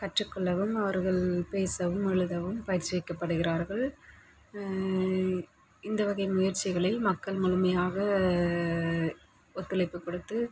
கற்றுக்கொள்ளவும் அவர்கள் பேசவும் எழுதவும் பயிற்சிக்க படிக்கிறார்கள் இந்த வகை முயற்சிகளில் மக்கள் முழுமையாக ஒத்துழைப்புக் கொடுத்து